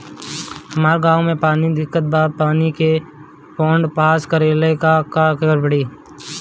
हमरा गॉव मे पानी के दिक्कत बा पानी के फोन्ड पास करेला का करे के पड़ी?